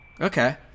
Okay